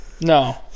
No